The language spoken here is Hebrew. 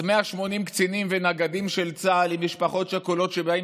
אז 180 קצינים ונגדים של צה"ל עם משפחות שכולות שבאים